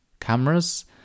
cameras